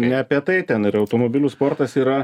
ne apie tai ten ir automobilių sportas yra